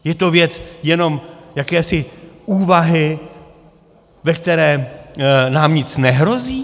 Je to věc jenom jakési úvahy, ve které nám nic nehrozí?